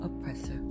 oppressor